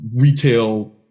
retail